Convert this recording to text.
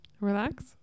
relax